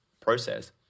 process